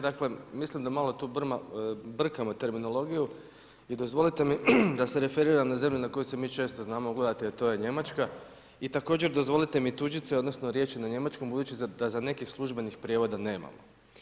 Dakle mislim da malo tu brkamo terminologiju i dozvolite mi da se referiram na zemlje na koje se mi znamo često ugledati, a to je Njemačka i također dozvolite mi tuđice odnosno riječi na njemačkom budući da za nekih službenih prijevoda nemamo.